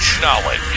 Knowledge